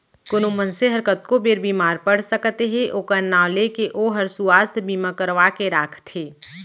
कोनो मनसे हर कतको बेर बीमार पड़ सकत हे ओकर नांव ले के ओहर सुवास्थ बीमा करवा के राखथे